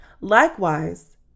Likewise